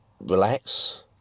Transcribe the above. relax